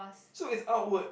so it's outward